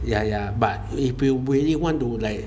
ya ya but if you really want to like